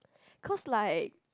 cause like